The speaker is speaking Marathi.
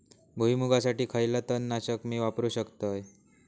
भुईमुगासाठी खयला तण नाशक मी वापरू शकतय?